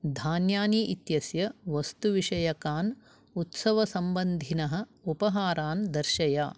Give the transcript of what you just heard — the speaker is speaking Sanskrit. धान्यानि इत्यस्य वस्तुविषयकान् उत्सवसम्बन्धिनः उपहारान् दर्शय